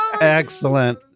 excellent